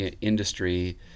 industry